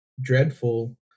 dreadful